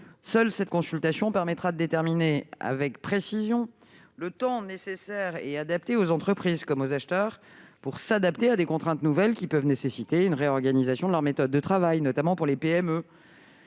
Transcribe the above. Elle seule permettra de déterminer avec précision le temps nécessaire aux entreprises comme aux acheteurs pour s'adapter à des contraintes nouvelles qui peuvent nécessiter une réorganisation de leurs méthodes de travail, notamment pour les PME